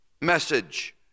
message